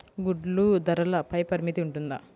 గుడ్లు ధరల పై పరిమితి ఉంటుందా?